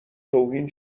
توهین